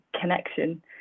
connection